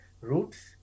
roots